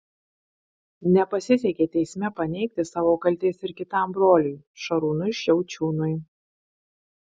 nepasisekė teisme paneigti savo kaltės ir kitam broliui šarūnui šiaučiūnui